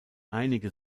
einige